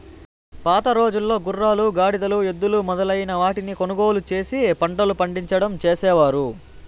పాతరోజుల్లో గుర్రాలు, గాడిదలు, ఎద్దులు మొదలైన వాటిని కొనుగోలు చేసి పంటలు పండించడం చేసేవారు